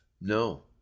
No